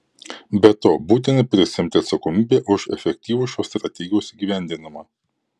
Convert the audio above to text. be to būtina prisiimti atsakomybę už efektyvų šios strategijos įgyvendinimą